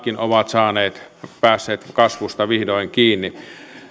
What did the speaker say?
ovat päässeet kasvusta vihdoin kiinni